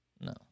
No